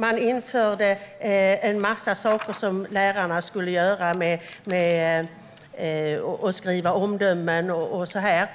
Man införde en massa saker som lärarna skulle göra - skriva omdömen och så vidare.